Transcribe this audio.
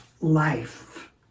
life